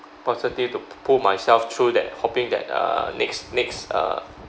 positive to pull myself through that hoping that uh next next uh